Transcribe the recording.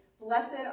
blessed